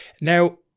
Now